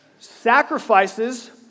sacrifices